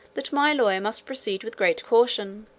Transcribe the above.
that my lawyer must proceed with great caution,